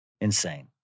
insane